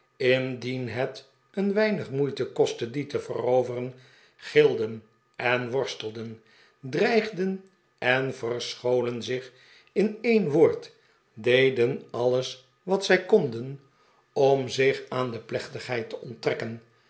indien het een weinig moeite kostte dien te veroveren gilden en worstelden dreigden en verscholeri zich in een woord deden alles wat zij konden om zich aan de plechtigheid te onttrekken